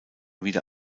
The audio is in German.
wieder